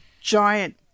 giant